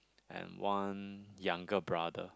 and one younger brother